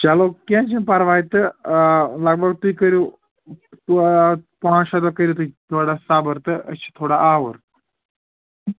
چلو کینٛہہ چھُنہٕ پَرواے تہٕ آ لَگ بھگ تُہۍ کٔرِو پا پانٛژھ شےٚ دۄہ کٔرِو تُہۍ تھوڑا صبٕر تہٕ أسۍ چھِ تھوڑا آوُر